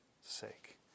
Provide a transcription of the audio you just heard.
sake